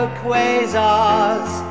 quasars